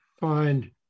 find